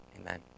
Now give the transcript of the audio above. Amen